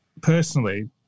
personally